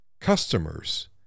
customers